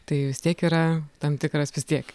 tai vis tiek yra tam tikras vis tiek